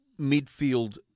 midfield